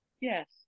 yes